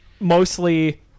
mostly